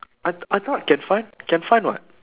I I thought can find can find [what]